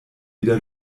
wieder